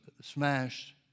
smashed